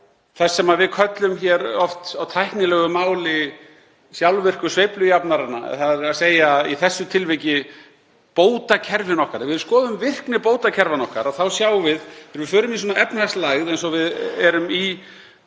þess sem við köllum hér oft á tæknilegu máli sjálfvirka sveiflujafnara, þ.e. í þessu tilviki bótakerfin okkar, ef við skoðum virkni bótakerfanna okkar sjáum við að ef við förum í efnahagslægð, eins og við erum í